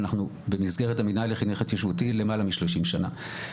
אנחנו במסגרת המינהל לחינוך התיישבותי למעלה מ-30 שנה,